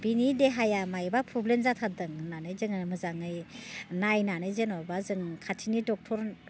बिनि देहाया माइबा प्रब्लेम जाथारदों होननानै जोङो मोजाङै नायनानै जेनेबा जों खाथिनि डक्टर